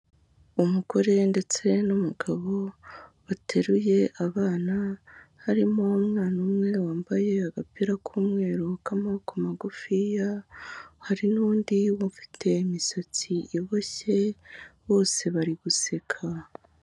Umugore ndetse n'umugabo bateruye abana ,harimo umwana umwe wambaye agapira k'umweru kamaboko magufiya, hari n'undi ufite imisatsi iboshye bose bari guseka.